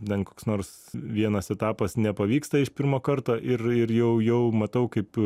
ten koks nors vienas etapas nepavyksta iš pirmo karto ir ir jau jau matau kaip